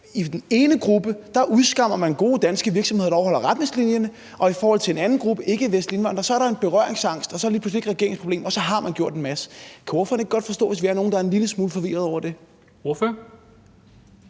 I den ene gruppe udskammer man gode danske virksomheder, der overholder retningslinjerne, og i forhold til en anden gruppe, ikkevestlige indvandrere, er der en berøringsangst, og så er det lige pludselig ikke regeringens problem, og så har man gjort en masse? Kan ordføreren ikke godt forstå, hvis vi er nogle, der er en lille smule forvirrede over det? Kl.